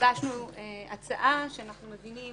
גיבשנו הצעה שאנחנו מבינים